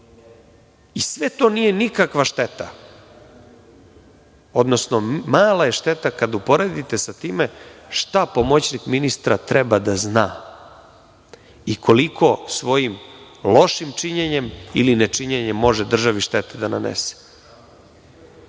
i sve to nije šteta, odnosno mala je šteta kada uporedite sa tim šta pomoćnik ministra treba da zna i koliko svojim lošim činjenjem ili nečinjenjem može državi da nanese